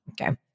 okay